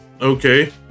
Okay